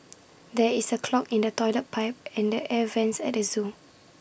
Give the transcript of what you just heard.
there is A clog in the Toilet Pipe and the air Vents at the Zoo